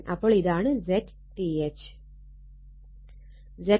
അപ്പോൾ ഇതാണ് ZTH